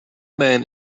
man